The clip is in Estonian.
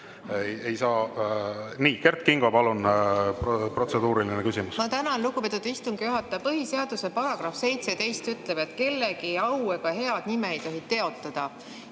Kert Kingo, palun, protseduuriline küsimus! Ma tänan, lugupeetud istungi juhataja. Põhiseaduse § 17 ütleb, et kellegi au ega head nime ei tohi teotada.